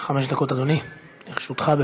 חמש דקות, אדוני, לרשותך.